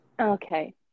Okay